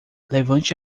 levante